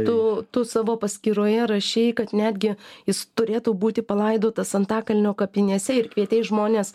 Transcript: tu tu savo paskyroje rašei kad netgi jis turėtų būti palaidotas antakalnio kapinėse ir kvietei žmones